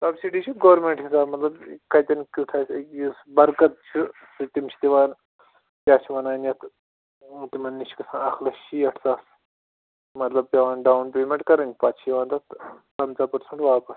subsidy چھِ government حِساب مطلب کَتٮ۪ن کٮُ۪تھ آسہِ یُس برکت چھُ سُہ تِم چھِ دِوان کیٛاہ چھِ وَنان یَتھ تِمَن نِش چھِ گژھان اَکھ لَچھ شیٹھ ساس مطلب پٮ۪وان ڈاوُن پیمٮ۪نٛٹ کَرٕنۍ پَتہٕ چھِ یِوان تَتھ پَنٛژاہ پٔرسَنٛٹ واپَس